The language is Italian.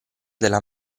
della